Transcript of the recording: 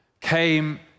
came